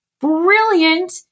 Brilliant